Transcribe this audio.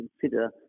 consider